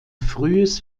frühes